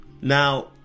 Now